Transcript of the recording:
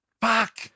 Fuck